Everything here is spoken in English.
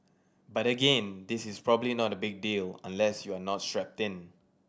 but again this is probably not a big deal unless you are not strapped in